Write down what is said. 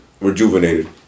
Rejuvenated